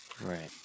Right